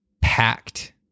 Packed